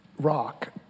rock